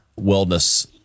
wellness